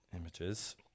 images